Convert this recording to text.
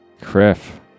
Criff